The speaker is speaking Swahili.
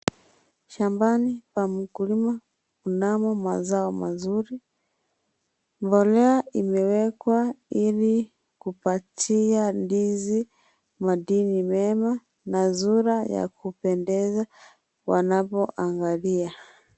Shambani pa mkulima mnamo mazao mazuri. Mbolea imewekwa Ili kupatia ndizi madini mema na sura ya kupendeza wanapoangalia.